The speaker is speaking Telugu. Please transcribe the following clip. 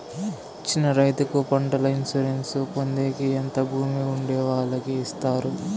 చిన్న రైతుకు పంటల ఇన్సూరెన్సు పొందేకి ఎంత భూమి ఉండే వాళ్ళకి ఇస్తారు?